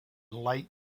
light